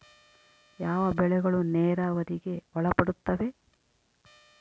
ಯಾವ ಬೆಳೆಗಳು ನೇರಾವರಿಗೆ ಒಳಪಡುತ್ತವೆ?